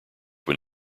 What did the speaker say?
when